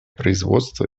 производства